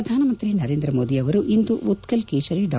ಪ್ರಧಾನ ಮಂತ್ರಿ ನರೇಂದ್ರ ಮೋದಿಯವರು ಇಂದು ಉತ್ಕಲ್ ಕೇಶರಿ ಡಾ